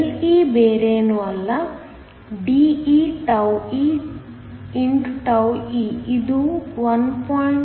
Le ಬೇರೇನೂ ಅಲ್ಲ De τe τe ಇದು 1